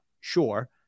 sure